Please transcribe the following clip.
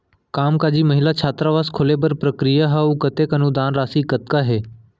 कामकाजी महिला छात्रावास खोले बर का प्रक्रिया ह अऊ कतेक अनुदान राशि कतका हे?